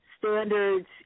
standards